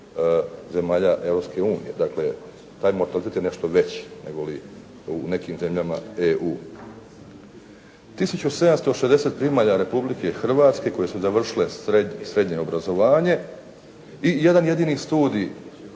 unije. Dakle, taj mortalitet je nešto veći, nego li u nekim zemljama EU. Tisuću 760 primalja Republike Hrvatske koje su završile srednje obrazovanje i jedna jednini studij